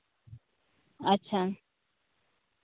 ᱟᱪᱪᱷᱟ